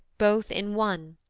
both in one?